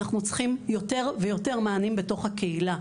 אנחנו צריכים יותר ויותר מענים בתוך הקהילה.